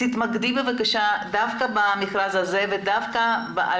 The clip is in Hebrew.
תתמקדי בבקשה דווקא במכרז הזה ודווקא על